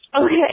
okay